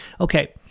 Okay